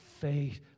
faith